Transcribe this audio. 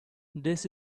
this